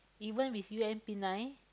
even with U_M_P nine